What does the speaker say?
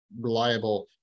reliable